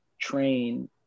train